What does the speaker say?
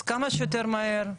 אז כמה שיותר מהר,